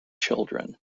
children